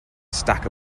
stack